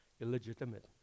illegitimate